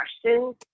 questions